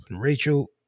rachel